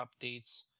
updates